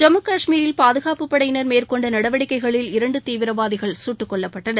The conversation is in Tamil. ஜம்மு கஷ்மீரில் பாதுகாப்புப் படையினர் மேற்கொண்டநடவடிக்கைகளில் இரண்டுதீவிரவாதிகள் சுட்டுக் கொல்லப்பட்டனர்